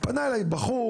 פנה אליי בחור,